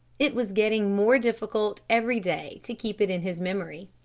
it was getting more difficult every day to keep it in his memory.